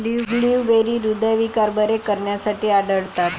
blueberry हृदयविकार बरे करण्यासाठी आढळतात